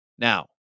Now